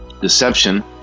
Deception